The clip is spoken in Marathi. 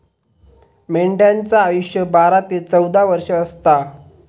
मेंढ्यांचा आयुष्य बारा ते चौदा वर्ष असता